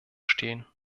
stehen